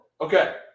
Okay